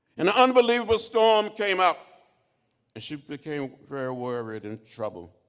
an unbelievable storm came up and she became very worried, in trouble.